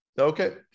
Okay